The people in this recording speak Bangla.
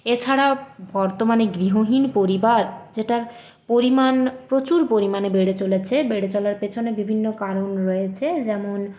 এছাড়া বর্তমানে গৃহহীন পরিবার যেটার পরিমাণ প্রচুর পরিমাণে বেড়ে চলেছে বেড়ে চলার পেছনে বিভিন্ন কারণ রয়েছে যেমন